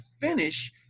finish